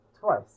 twice